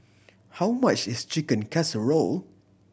how much is Chicken Casserole